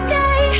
day